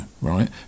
right